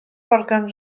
morgan